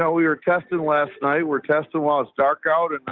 so we were testing last night. we're testing while it's dark out.